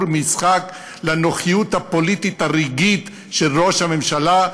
משחק לנוחיות הפוליטית הרגעית של ראש הממשלה,